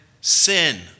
sin